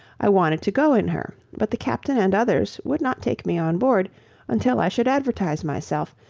i wanted to go in her but the captain and others would not take me on board until i should advertise myself,